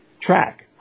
track